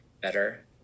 better